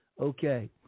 Okay